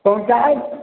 पहुँचायब